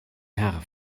herr